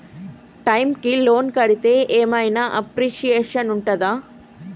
Time కి loan కడ్తే ఏం ఐనా అప్రిషియేషన్ ఉంటదా?